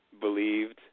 believed